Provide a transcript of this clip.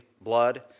blood